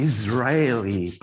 Israeli